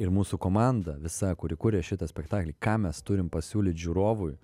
ir mūsų komanda visa kuri kuria šitą spektaklį ką mes turim pasiūlyt žiūrovui